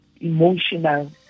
emotional